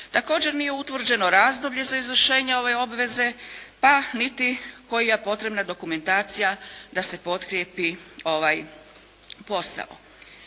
Također nije utvrđeno razdoblje za izvršenja ove obveze, pa niti koja je potrebna dokumentacija da se potkrijepi ovaj